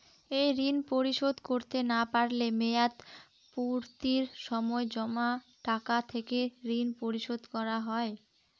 এই ঋণ পরিশোধ করতে না পারলে মেয়াদপূর্তির সময় জমা টাকা থেকে ঋণ পরিশোধ করা হয়?